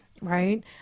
Right